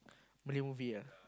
Malay movie ah